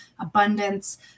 abundance